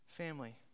Family